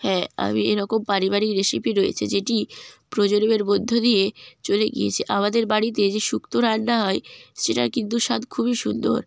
হ্যাঁ আমি এরকম পারিবারিক রেসিপি রয়েছে যেটি প্রজন্মের মধ্য দিয়ে চলে গিয়েছে আমাদের বাড়িতে যে শুক্ত রান্না হয় সেটার কিন্তু স্বাদ খুবই সুন্দর